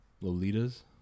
Lolita's